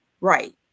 Right